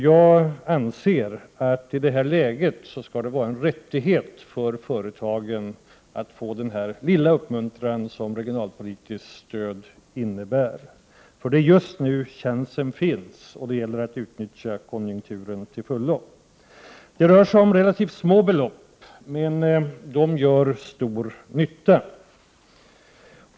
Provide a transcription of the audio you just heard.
Jag anser att det i det här läget skall vara en rättighet för företagen att få den lilla uppmuntran som regionalpolitiskt stöd innebär. Det är just nu känslan finns där uppe, och det gäller att utnyttja högkonjunkturen till fullo. Det rör sig om relativt små belopp, men de gör stor nytta.